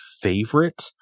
favorite